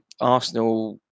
Arsenal